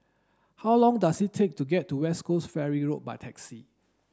how long does it take to get to West Coast Ferry Road by taxi